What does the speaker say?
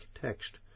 text